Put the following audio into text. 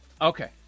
Okay